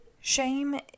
Shame